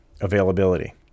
availability